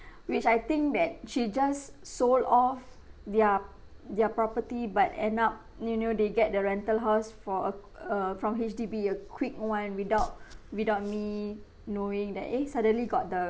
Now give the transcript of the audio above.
which I think that she just sold off their p~ their property but end up you know they get the rental house for a uh from H_D_B a quick one without without me knowing that eh suddenly got the